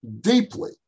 deeply